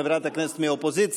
חברת הכנסת מהאופוזיציה,